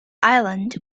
island